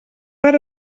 per